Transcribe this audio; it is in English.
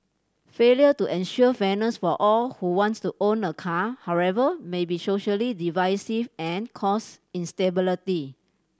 failure to ensure fairness for all who wants to own a car however may be socially divisive and cause instability